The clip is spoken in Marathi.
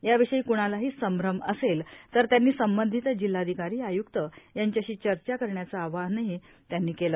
या विषयी कुणालाही संभ्रम असेल तर त्यांनी संबंधित जिल्हाधिकारी आय्क्त यांच्याशी चर्चा करण्याचे आवाहनही त्यांनी केले